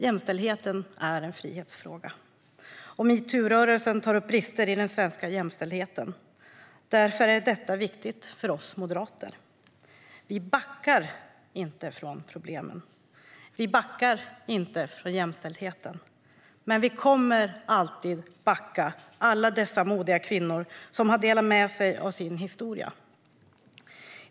Jämställdheten är en frihetsfråga, och metoo-rörelsen tar upp brister i den svenska jämställdheten. Därför är detta viktigt för oss moderater. Vi backar inte från problemen. Vi backar inte från jämställdheten. Men vi kommer alltid att backa alla dessa modiga kvinnor som har delat med sig av sin historia.